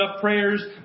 prayers